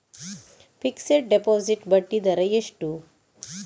Fixed deposit ಬಡ್ಡಿ ದರ ಎಷ್ಟು?